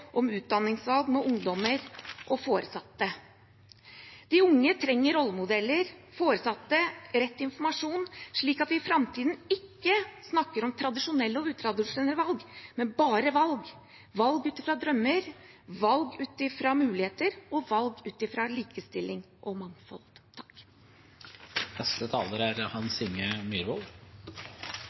om utdanningsvalg med ungdommer og foresatte. De unge trenger rollemodeller og foresatte rett informasjon, slik at vi i framtiden ikke snakker om tradisjonelle og utradisjonelle valg, men bare valg: valg ut ifra drømmer, valg ut ifra muligheter og valg ut ifra likestilling og mangfold.